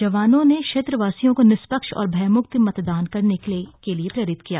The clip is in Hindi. जवानों ने क्षेत्र वासियों को निष्पक्ष और भयम्क्त मतदान करने के लिए प्रेरित किया गया